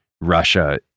Russia